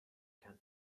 can